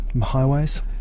highways